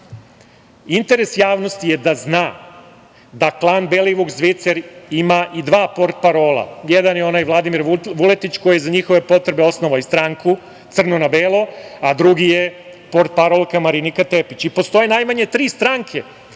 javnosti je da zna da klan Belivuk – Zvicer ima i dva portparola. Jedan je onaj Vladimir Vuletić, koji je za njihove potrebe osnovao i stranku Crno na belo, a drugi je portparolka Marinika Tepića. Postoje najmanje tri stranke